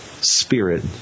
Spirit